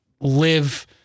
live